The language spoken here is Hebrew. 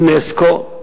אונסק"ו,